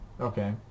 Okay